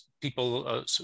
people